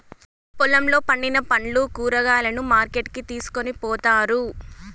పొలంలో పండిన పండ్లు, కూరగాయలను మార్కెట్ కి తీసుకొని పోతారు